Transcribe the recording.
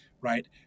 right